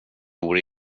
vore